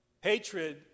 Hatred